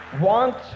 want